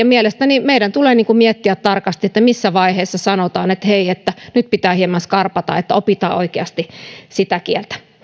mielestäni meidän tulee miettiä tarkasti että missä vaiheessa sanotaan että hei nyt pitää hieman skarpata että opitaan oikeasti sitä kieltä